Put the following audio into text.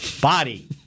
body